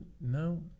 no